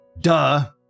Duh